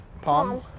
Palm